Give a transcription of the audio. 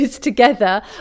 together